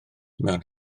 mewn